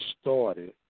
started